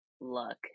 luck